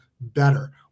better